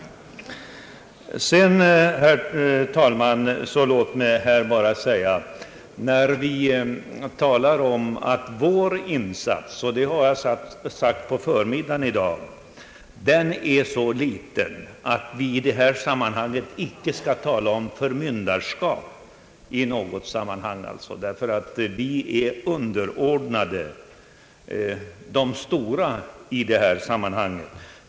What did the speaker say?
Herr talman! Jag har redan på förmiddagen sagt att vår insats är så liten att vi icke skall tala om förmynderskap, ty vi är i detta sammanhang underordnade de stora.